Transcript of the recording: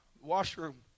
washroom